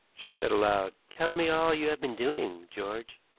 she said aloud tell me all you have been doing, george.